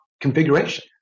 configuration